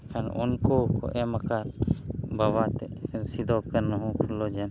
ᱠᱷᱟᱱ ᱩᱱᱠᱩ ᱠᱚ ᱮᱢ ᱟᱠᱟᱫ ᱵᱟᱵᱟ ᱥᱤᱫᱷᱩ ᱠᱟᱱᱦᱩ ᱯᱷᱩᱞᱚ ᱡᱷᱟᱱᱚ